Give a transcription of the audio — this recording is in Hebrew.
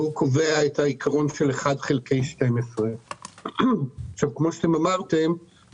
והוא קובע את העיקרון של 1 חלקי 12. כמו שאתם אמרתם,